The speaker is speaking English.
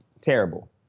terrible